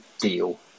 deal